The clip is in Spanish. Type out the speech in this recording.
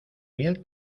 miel